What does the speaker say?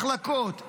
מחלקות,